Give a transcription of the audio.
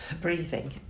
breathing